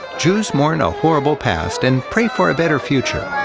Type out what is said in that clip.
jews mourn a horrible past, and pray for a better future.